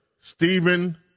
Stephen